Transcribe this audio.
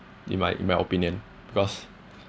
in my in my opinion because